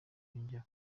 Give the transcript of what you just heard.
yongera